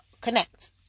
connect